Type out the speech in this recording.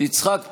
יצחק פינדרוס,